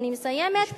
אני מסיימת.